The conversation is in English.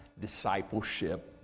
discipleship